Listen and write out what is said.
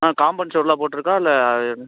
ஆ compound சுவர்லாம் போட்டிருக்கா இல்லை அது எது